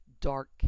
dark